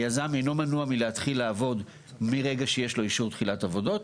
היזם אינו מנוע מלהתחיל לעבוד מרגע שיש לו אישור תחילת עבודות,